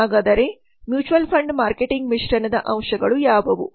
ಹಾಗಾದರೆ mutual fund marketing ಮಿಶ್ರಣದ ಅಂಶಗಳು ಯಾವುವು